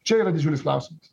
čia yra didžiulis klausimas